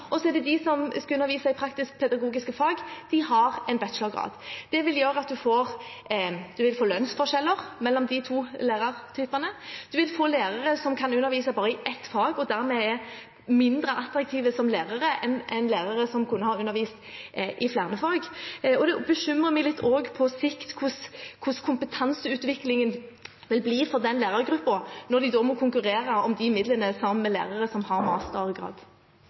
og de som skal undervise i praktisk-pedagogiske fag, har en bachelorgrad. Det vil gjøre at man får lønnsforskjeller mellom de to lærergruppene, man vil få lærere som kan undervise bare i ett fag og dermed er mindre attraktive som lærere enn lærere som kunne ha undervist i flere fag. Det bekymrer meg også litt på sikt hvordan kompetanseutviklingen vil bli for den lærergruppen når de må konkurrere om midlene med lærere som har